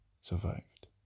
survived